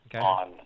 on